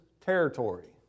territory